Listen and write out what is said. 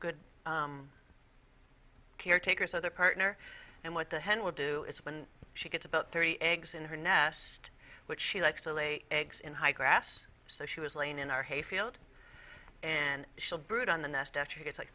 good caretaker so their partner and what the hen will do is when she gets about thirty eggs in her nest which she likes to lay eggs in high grass so she was laying in our hay field and she'll brood on the nest after he gets like